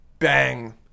Bang